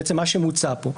בעצם מה שמוצע כאן,